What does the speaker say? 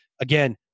Again